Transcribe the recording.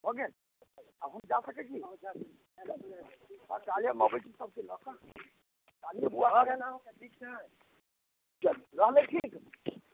भऽ गेल आब हम जा सकैत छी चलु रहलै ठीक